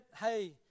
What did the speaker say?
hey